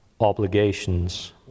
obligations